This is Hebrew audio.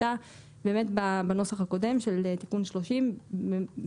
הייתה בנוסח הקודם של תיקון 30 טעות,